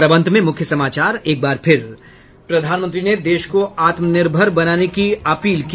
और अब अंत में मुख्य समाचार एक बार फिर प्रधानमंत्री ने देश को आत्मनिर्भर बनाने की अपील की